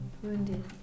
Wounded